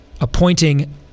appointing